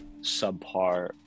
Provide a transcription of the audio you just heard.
subpar